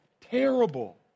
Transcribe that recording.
terrible